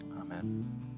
Amen